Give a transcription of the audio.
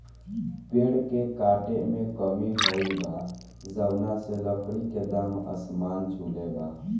पेड़ के काटे में कमी भइल बा, जवना से लकड़ी के दाम आसमान छुले बा